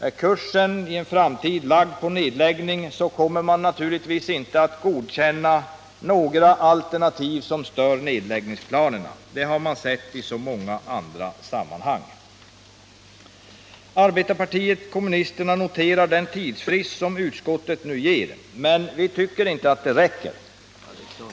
Är kursen lagd på nedläggning kommer naturligtvis inte några alternativ som stör nedläggningsplanerna att godkännas. Det har vi sett i många andra sammanhang. Arbetarpartiet kommunisterna noterar den tidsfrist som utskottet nu ger, men vi tycker inte att det räcker.